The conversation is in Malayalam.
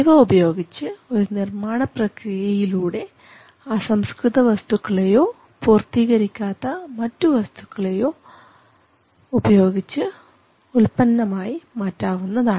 ഇവ ഉപയോഗിച്ച് ഒരു നിർമ്മാണ പ്രക്രിയയിലൂടെ അസംസ്കൃതവസ്തുക്കളെയോ പൂർത്തീകരിക്കാത്ത മറ്റു വസ്തുക്കളെയോ ഉപയോഗിച്ച് ഉൽപന്നമായി മാറ്റാവുന്നതാണ്